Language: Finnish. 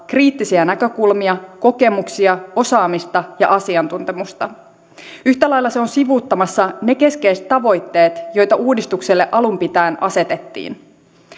kriittisiä näkökulmia kokemuksia osaamista ja asiantuntemusta yhtä lailla se on sivuuttamassa ne keskeiset tavoitteet joita uudistukselle alun pitäen asetettiin